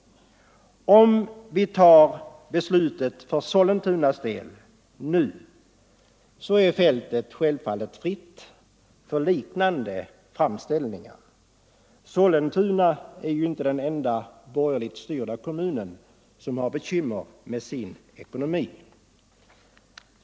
Om vi tar beslutet för Sollentunas del nu, så är fältet självfallet fritt för liknande framställningar. Sollentuna är ju inte den enda borgerligt styrda kommunen som har bekymmer med sin ekonomi.